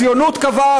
הציונות קבעה,